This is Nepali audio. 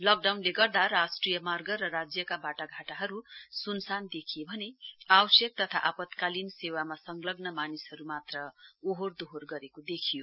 लकडाउनले गर्दा राष्ट्रिय मार्ग र राज्यका बाटाघाटाहरू सुनसान देखिए भने आवश्यक तथा आपतकालिन सेवामा संलग्न मानिसहरू मात्र ओहोरदोहोर गरेको देखियो